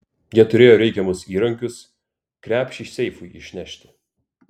jie turėjo reikiamus įrankius krepšį seifui išnešti